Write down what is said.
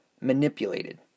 manipulated